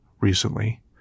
recently